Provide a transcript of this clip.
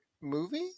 movie